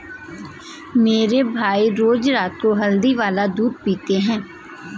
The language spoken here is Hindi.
मेरे भैया रोज रात को हल्दी वाला दूध पीते हैं